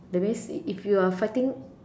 that means if you are fighting